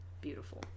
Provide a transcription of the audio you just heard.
Beautiful